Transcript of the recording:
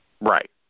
right